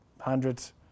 hundreds